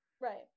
Right